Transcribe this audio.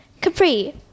capri